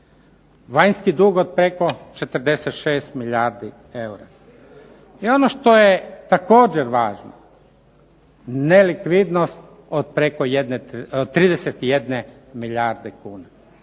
Vanjski dug od preko 46 milijardi eura. I ono što je također važno nelikvidnost od preko 31 milijarde kuna.